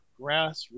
grassroots